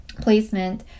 placement